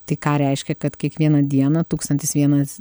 tai ką reiškia kad kiekvieną dieną tūkstantis vienas